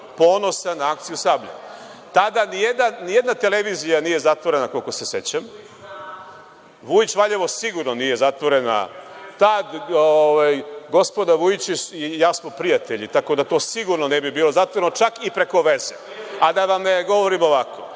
ponosan na akciju „Sablja“. Tada ni jedna televizija nije zatvorena, koliko se sećam. Vujić Valjevo sigurno nije zatvorena. Ta gospoda Vujić i ja smo prijatelji, tako da to sigurno ne bi bilo zatvoreno, čak i preko veze, a da vam ne govorim ovako.